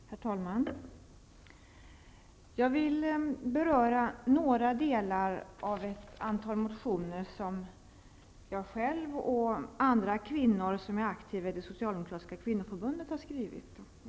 Herr talman! Jag vill beröra några delar av ett antal motioner som jag själv och andra kvinnor som är aktiva i det socialdemokratiska kvinnoförbundet har skrivit.